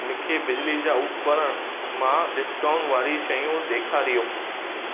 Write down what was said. मूंखे बिजली जा उपकरण मां डिस्काउंट वारियूं शयूं ॾेखारियो